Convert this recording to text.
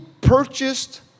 purchased